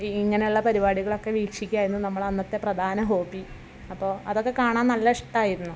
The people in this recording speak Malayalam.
ഇങ്ങനെയുള്ള പരിപാടികളൊക്കെ വീക്ഷിക്കുകയായിരുന്നു നമ്മളെ അന്നത്തെ പ്രധാന ഹോബി അപ്പോൾ അതൊക്കെ കാണാൻ നല്ല ഇഷ്ടമായിരുന്നു